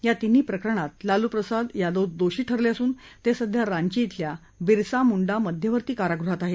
या तीन्ही प्रकरणांमधे लालूप्रसाद यादव दोषी ठरले असून ते सध्या रांची धिल्या बिरसा मुंडा मध्यवर्ती कारागृहात आहेत